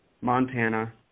Montana